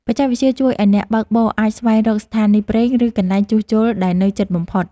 បច្ចេកវិទ្យាជួយឱ្យអ្នកបើកបរអាចស្វែងរកស្ថានីយ៍ប្រេង ឬកន្លែងជួសជុលដែលនៅជិតបំផុត។